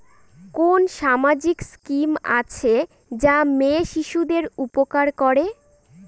কোন সামাজিক স্কিম আছে যা মেয়ে শিশুদের উপকার করে?